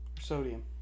Sodium